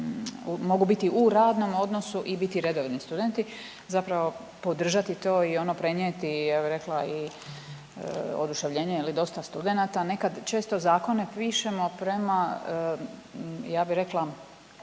mogu biti u radnom odnosu i biti redovni studenti, zapravo podržati to i ono prenijeti ja bi rekla i oduševljenje dosta studenata. Nekad često zakone pišemo prema ja bi rekla